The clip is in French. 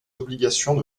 obligations